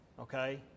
okay